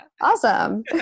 Awesome